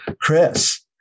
Chris